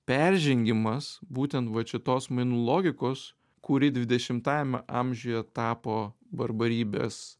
peržengimas būtent vat šitos mainų logikos kuri dvidešimtajame amžiuje tapo barbarybės